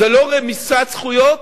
זה לא רמיסת זכויות,